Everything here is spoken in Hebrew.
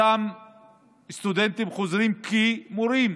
אותם סטודנטים חוזרים כמורים